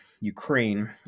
Ukraine